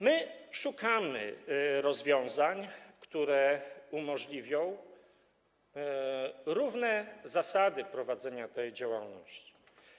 My szukamy rozwiązań, które umożliwią równe zasady prowadzenia działalności.